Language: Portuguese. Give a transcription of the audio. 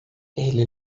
ele